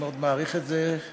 אני מאוד מעריך את זה,